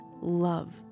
love